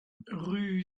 rue